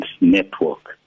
Network